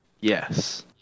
Yes